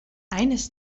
eines